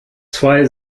zwei